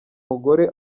mugore